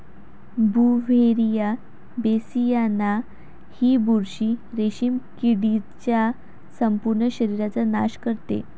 Beauveria बेसियाना ही बुरशी रेशीम किडीच्या संपूर्ण शरीराचा नाश करते